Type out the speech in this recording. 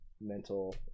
mental